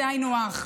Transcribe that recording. זה היינו הך.